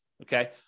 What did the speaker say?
okay